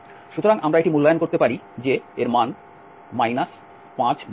সুতরাং আমরা এটি মূল্যায়ন করতে পারি যে এর মান 53 আসবে